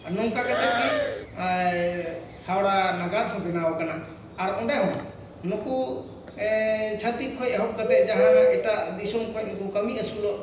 ᱱᱚᱝᱠᱟ ᱠᱟᱛᱮᱫ ᱜᱮ ᱦᱟᱣᱲᱟ ᱱᱟᱜᱟᱨ ᱦᱚᱸ ᱵᱮᱱᱟᱣ ᱠᱟᱱᱟ ᱟᱨ ᱚᱸᱰᱮ ᱦᱚᱸ ᱱᱩᱠᱩ ᱪᱷᱟᱛᱤᱠ ᱠᱷᱚᱱ ᱮᱦᱚᱵ ᱠᱟᱛᱮᱫ ᱡᱟᱦᱟᱸᱱᱟᱜ ᱮᱴᱟᱜ ᱫᱤᱥᱚᱢ ᱠᱷᱚᱱ ᱱᱩᱠᱩ ᱠᱟᱹᱢᱤ ᱟᱥᱩᱞᱚᱜ